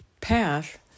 path